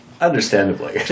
Understandably